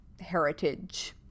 heritage